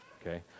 okay